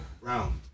round